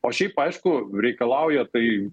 o šiaip aišku reikalauja tai